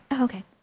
Okay